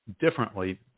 differently